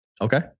Okay